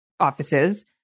Offices